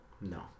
No